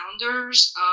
founders